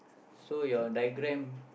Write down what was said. so your diagram